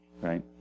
right